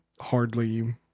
hardly